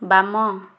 ବାମ